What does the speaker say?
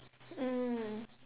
mm